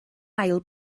ail